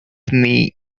knee